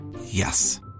Yes